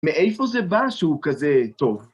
מאיפה זה בא שהוא כזה טוב?